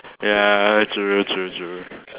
ya true true true true